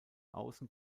außen